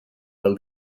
del